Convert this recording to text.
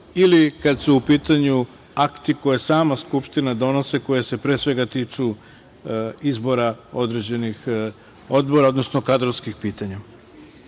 ili kada su u pitanju akti koje sama Skupština donosi, koji se pre svega tiču izboru određenih odbora, odnosno kadrovskih pitanja. Pošto